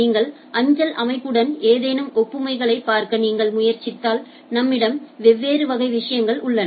நீங்கள் அஞ்சல் அமைப்புடன் ஏதேனும் ஒப்புமைகளைப் பார்க்க நீங்கள் முயற்சித்தால் நம்மிடம் வெவ்வேறு வகை விஷயங்கள் உள்ளன